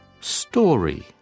Story